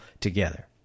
together